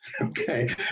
Okay